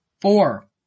Four